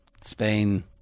Spain